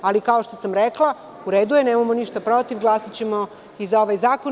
Ali, kao što sam rekla, u redu je, nemamo ništa protiv, glasaćemo i za ovaj zakon.